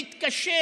מתקשה